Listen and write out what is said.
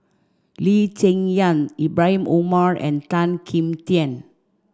Lee Cheng Yan Ibrahim Omar and Tan Kim Tian